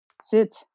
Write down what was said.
Sit